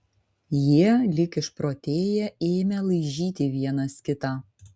jie lyg išprotėję ėmė laižyti vienas kitą